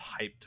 hyped